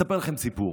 אני אספר לכם סיפור.